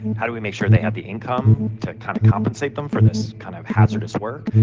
how do we make sure they have the income to kind of compensate them for this kind of hazardous work?